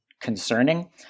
concerning